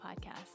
Podcast